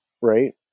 Right